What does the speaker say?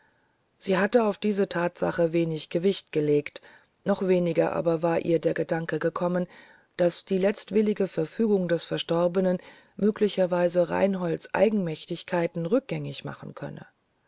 sie hatte auf diese thatsache wenig gewicht gelegt noch weniger aber war ihr der gedanke gekommen daß die letztwillige verfügung des verstorbenen möglicherweise reinholds eigenmächtigkeiten rückgängig machen könne